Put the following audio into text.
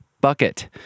bucket